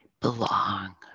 belong